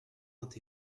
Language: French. vingt